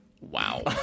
Wow